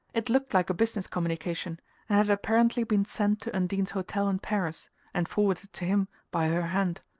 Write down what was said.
it looked like a business communication and had apparently been sent to undine's hotel in paris and forwarded to him by her hand.